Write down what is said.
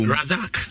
Razak